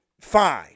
fine